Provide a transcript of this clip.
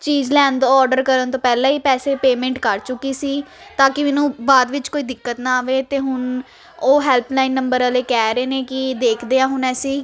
ਚੀਜ਼ ਲੈਣ ਦਾ ਆਰਡਰ ਕਰਨ ਤੋਂ ਪਹਿਲਾਂ ਹੀ ਪੈਸੇ ਪੇਮੈਂਟ ਕਰ ਚੁੱਕੀ ਸੀ ਤਾਂ ਕੀ ਮੈਨੂੰ ਬਾਅਦ ਵਿੱਚ ਕੋਈ ਦਿੱਕਤ ਨਾ ਆਵੇ ਅਤੇ ਹੁਣ ਉਹ ਹੈਲਪਲਾਈਨ ਨੰਬਰ ਵਾਲੇ ਕਹਿ ਰਹੇ ਨੇ ਕਿ ਦੇਖਦੇ ਹਾਂ ਹੁਣ ਅਸੀਂ